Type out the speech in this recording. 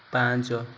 ପାଞ୍ଚ